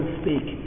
speak